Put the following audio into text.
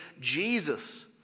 Jesus